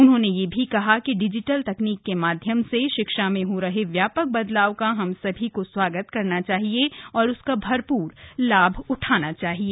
उन्होंने यह भी कहा कि डिजिटल तकनीक के माध्यम से शिक्षा में हो रहे व्यापक बदलाव का हम सभी को स्वागत करना चाहिए और उसका भरपूर लाभ उठाना चाहिए